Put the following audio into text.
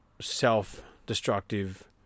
self-destructive